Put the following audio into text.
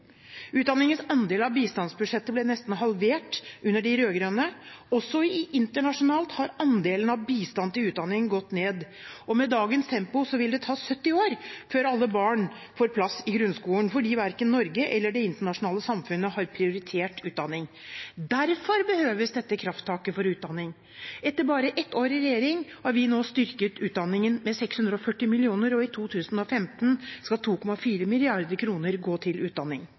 Utdanningens andel av bistandsbudsjettet ble nesten halvert under de rød-grønne. Også internasjonalt har andelen av bistand til utdanning gått ned. Med dagens tempo vil det ta 70 år før alle barn får plass i grunnskolen, fordi verken Norge eller det internasjonale samfunnet har prioritert utdanning. Derfor behøves dette krafttaket for utdanning. Etter bare ett år i regjering har vi styrket utdanningen med 640 mill. kr. I 2015 skal 2,4 mrd. kr gå til utdanning.